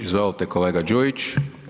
Izvolite kolega Đujić.